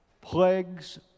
plagues